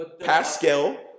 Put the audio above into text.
Pascal